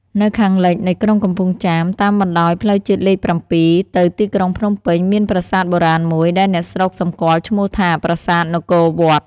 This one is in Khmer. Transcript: នៅខាងលិចនៃក្រុងកំពង់ចាម តាមបណ្តោយផ្លូវជាតិលេខ ៧ ទៅទីក្រុងភ្នំពេញ មានប្រាសាទបុរាណមួយ ដែលអ្នកស្រុកសម្គាល់ឈ្មោះថា ប្រាសាទនគរវត្ត។